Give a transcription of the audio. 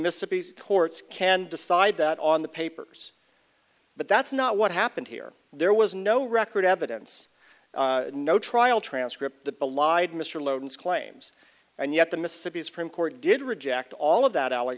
mississippi's courts can decide that on the papers but that's not what happened here there was no record evidence no trial transcript that belied mr lowndes claims and yet the mississippi supreme court did reject all of that